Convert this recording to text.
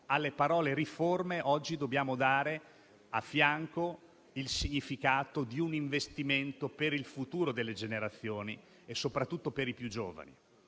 alla parola riforme oggi dobbiamo dare il significato di un investimento per il futuro delle generazioni, soprattutto per i più giovani,